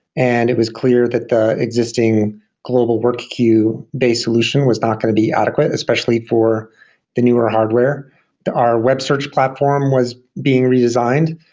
and it was clear that the existing global work queue base solution was not going to be adequate, especially for the newer hardware our web search platform was being redesigned,